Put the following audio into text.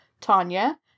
tanya